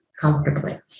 comfortably